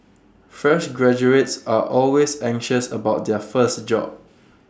fresh graduates are always anxious about their first job